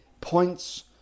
points